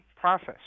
process